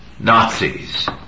Nazis